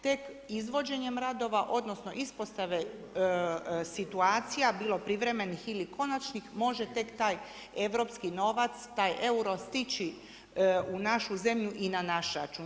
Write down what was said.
Tek izvođenjem radova odnosno ispostave situacija bilo privremenih ili konačnih može tek taj europski novac taj euro stići u našu zemlju i na naš račun.